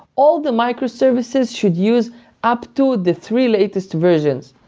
all the microservices should use up to the three latest versions.